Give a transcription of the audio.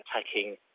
attacking